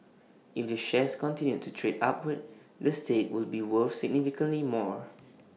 if the shares continue to trade upward the stake will be worth significantly more